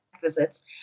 visits